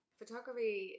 photography